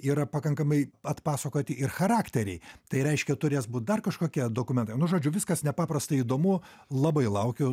yra pakankamai atpasakoti ir charakteriai tai reiškia turės būt dar kažkokie dokumentai nu žodžiu viskas nepaprastai įdomu labai laukiu